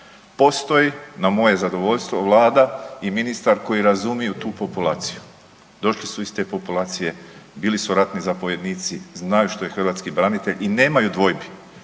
Postoji na moje zadovoljstvo Vlada i ministar koji razumiju tu populaciju, došli su iz te populacije, bili su ratni zapovjednici, znaju što je hrvatski branitelj i nemaju dvojbi